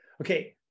okay